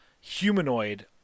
humanoid